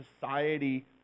society